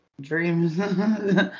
dreams